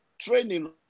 Training